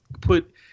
put